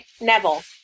Neville